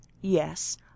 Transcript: Yes